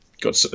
got